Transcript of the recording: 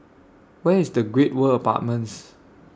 Where IS The Great World Apartments